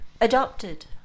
adopted